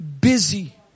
busy